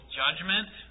judgment